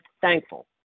thankful